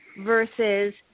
versus